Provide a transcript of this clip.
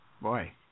Boy